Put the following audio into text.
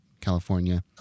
California